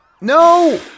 No